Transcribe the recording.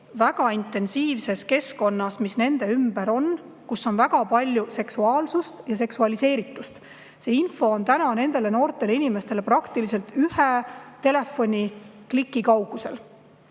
väga intensiivses keskkonnas, mis nende ümber on. Selles on ka väga palju seksuaalsust ja seksualiseeritust. See info on nendest noortest inimestest praktiliselt ühe telefonikliki kaugusel.